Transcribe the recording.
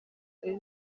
ari